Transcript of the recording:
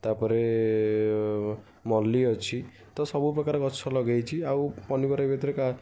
ତା'ପରେ ମଲ୍ଲୀ ଅଛି ତ ସବୁପ୍ରକାର ଗଛ ଲଗାଇଛି ଆଉ ପନିପରିବା ଭିତରେ